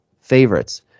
favorites